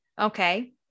Okay